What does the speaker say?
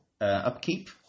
upkeep